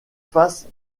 face